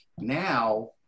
now